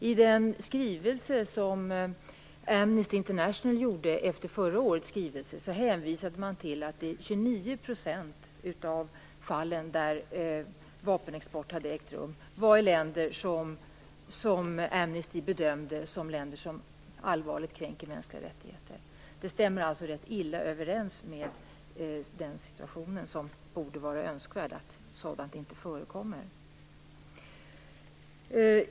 I en skrivelse från Amnesty International förra året hänvisade man till att 29 % av vapenexporten gick till länder som enligt Amnestys bedömning allvarligt kränker mänskliga rättigheter. Det stämmer alltså rätt dåligt med våra önskningar att sådant inte skall förekomma.